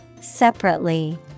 Separately